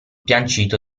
piancito